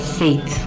faith